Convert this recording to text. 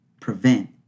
prevent